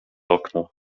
okno